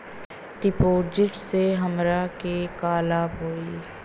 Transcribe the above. डिपाजिटसे हमरा के का लाभ होई?